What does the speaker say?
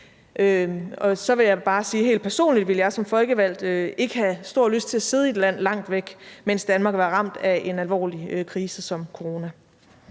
Så vil jeg bare sige helt personligt, at jeg som folkevalgt ikke ville have stor lyst til at sidde i et land langt væk, mens Danmark var ramt af en alvorlig krise som coronaen.